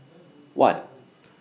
one